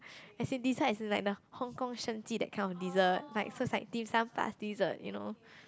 as in dessert as in like the Hong Kong Sheng Ji that kind of dessert like so is like Dim-Sum plus dessert you know